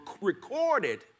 recorded